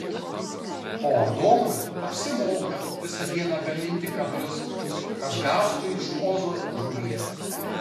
o adomui apsimoka visą dieną gaminti kablius kad gautų iš ozo žuvies